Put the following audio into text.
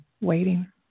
waiting